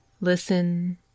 Listen